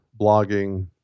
blogging